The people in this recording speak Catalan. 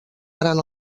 gran